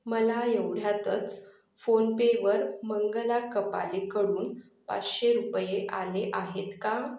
मला एवढ्यातच फोनपेवर मंगला कपालेकडून पाचशे रुपये आले आहेत का